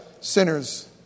sinners